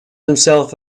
herself